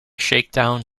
shakedown